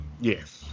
Yes